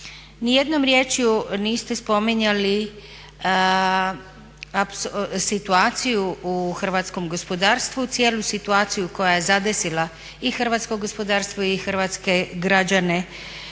Nijednom rječju niste spominjali situaciju u hrvatskom gospodarstvu, cijelu situaciju koja je zadesila i hrvatsko gospodarstvo i hrvatske građane